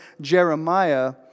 Jeremiah